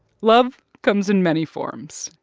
love comes in many forms.